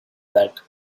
that